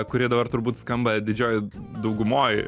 kuri dabar turbūt skamba didžiojoj daugumoj